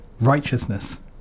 righteousness